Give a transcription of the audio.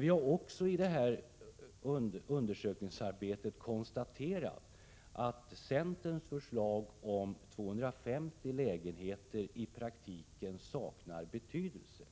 Vi har vidare i vårt beredningsarbete konstaterat att centerns förslag om en gräns vid 250 lägenheter i praktiken saknar betydelse.